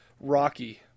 Rocky